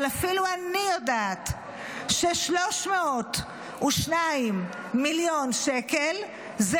אבל אפילו אני יודעת ש-302 מיליון שקל זה